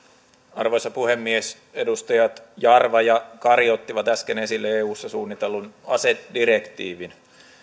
arvoisa puhemies edustajat jarva ja kari ottivat äsken esille eussa suunnitellun asedirektiivin